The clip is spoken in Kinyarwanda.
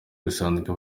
bisanze